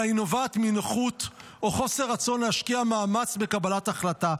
אלא היא נובעת מנוחות או חוסר רצון להשקיע מאמץ בקבלת החלטה.